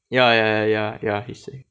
ya ya ya ya he say